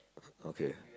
okay